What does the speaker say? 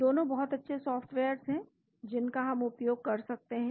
दोनों बहुत अच्छे सॉफ्टवेयर्स हैं जिनका हम उपयोग कर सकते हैं